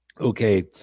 okay